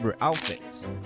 outfits